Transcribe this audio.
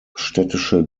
städtische